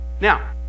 Now